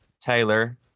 Taylor